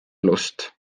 elust